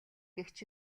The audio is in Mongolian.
гэгч